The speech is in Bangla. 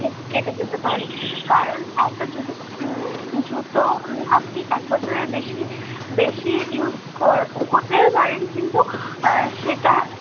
থে কেটে যেতে পারে কারণ একটা জুতো জুতো আপনি এক বছরের বেশি বেশি ইউস কর করতেই পারেন কিন্তু সেটা